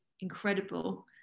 incredible